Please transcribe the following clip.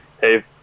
Hey